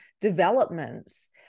developments